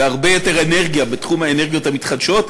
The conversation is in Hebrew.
בהרבה יותר אנרגיה בתחום האנרגיות המתחדשות.